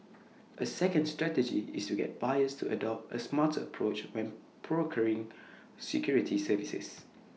A second strategy is to get buyers to adopt A smarter approach when procuring security services